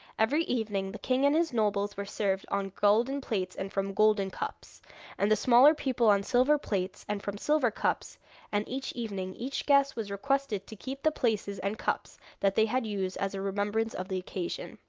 every evening the king and his nobles were served on golden plates and from golden cups and the smaller people on silver plates and from silver cups and each evening each guest was requested to keep the places and cups that they had used as a remembrance of the occasion.